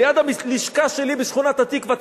ליד הלשכה שלי בשכונת-התקווה,